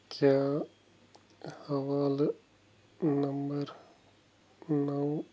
کیٛاہ حوالہٕ نمبَر نَو